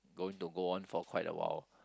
going to go on for quite a while